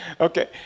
Okay